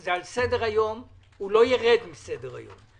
זה על סדר היום, הוא לא ירד מסדר היום.